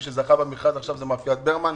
מי שזכה במכרז מאפיית ברמן.